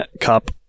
cup